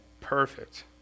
Perfect